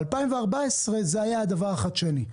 ב-2014 זה היה הדבר החדשני,